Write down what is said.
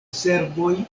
serboj